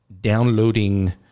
downloading